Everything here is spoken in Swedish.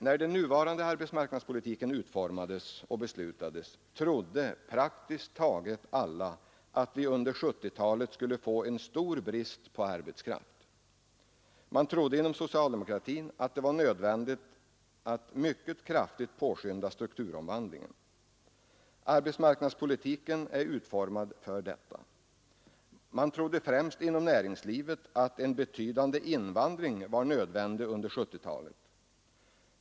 När den nuvarande arbetsmarknadspolitiken utformades och beslutades trodde praktiskt taget alla att vi under 1970-talet skulle få stor brist på arbetskraft. Man trodde inom socialdemokratin att det var nödvändigt att mycket kraftigt påskynda strukturomvandlingen. Arbetsmarknadspolitiken är utformad härför. Man trodde främst inom näringslivet att en betydande invandring var nödvändig under 1970-talet.